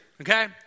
okay